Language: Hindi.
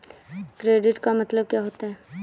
क्रेडिट का मतलब क्या होता है?